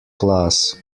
class